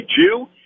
Jew